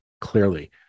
Clearly